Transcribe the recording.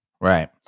Right